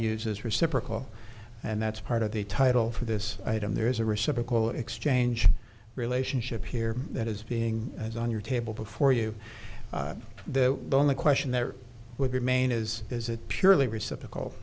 use is reciprocal and that's part of the title for this item there is a reciprocal exchange relationship here that is being as on your table before you the only question there would be main is is it purely reciprocal